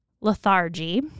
lethargy